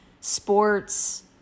sports